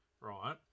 right